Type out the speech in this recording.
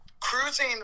cruising